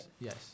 Yes